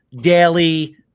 Daily